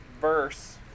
verse